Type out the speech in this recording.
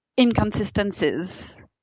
inconsistencies